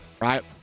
right